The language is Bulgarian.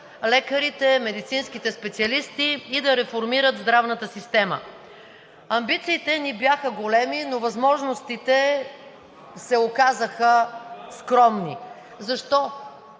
лекарите, медицинските специалисти и да реформират здравната система. Амбициите ни бяха големи, но възможностите се оказаха скромни. Защо?